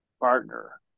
partner